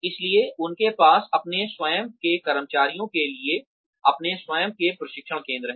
इसलिए उनके पास अपने स्वयं के कर्मचारियों के लिए अपने स्वयं के प्रशिक्षण केंद्र हैं